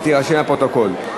שיירשם בפרוטוקול.